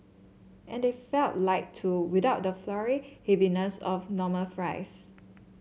and they felt light too without the floury heaviness of normal fries